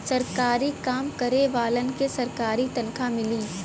सरकारी काम करे वालन के सरकारी तनखा मिली